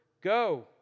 go